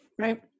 right